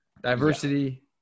diversity